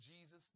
Jesus